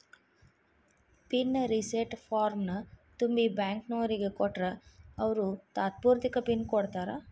pin reset ಫಾರ್ಮ್ನ ತುಂಬಿ ಬ್ಯಾಂಕ್ನೋರಿಗ್ ಕೊಟ್ರ ಅವ್ರು ತಾತ್ಪೂರ್ತೆಕ ಪಿನ್ ಕೊಡ್ತಾರಾ